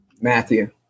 Matthew